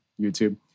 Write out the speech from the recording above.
YouTube